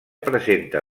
presenta